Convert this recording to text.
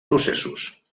processos